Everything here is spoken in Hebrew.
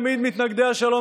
תמיד מתנגדי השלום,